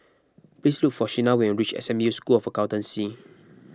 please look for Shena when you reach S M U School of Accountancy